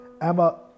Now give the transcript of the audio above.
Emma